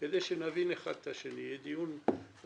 כדי שנבין אחד את השני, יהיה דיון בנוי,